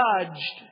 judged